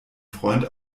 freund